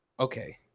Okay